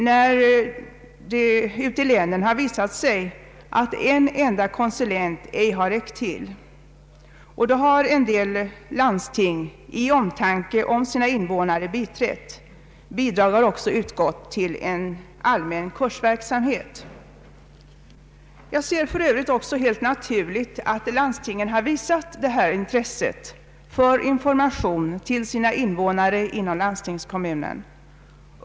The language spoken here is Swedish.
När det i länen har visat sig att en enda konsulent inte räckt till så har en del landsting i omtanke om sina invånare hjälpt till. Bidrag har också utgått till en allmän kursverksamhet. Det är helt naturligt att landstingen har visat intresse för att ge information till sina invånare inom landstingskommunen.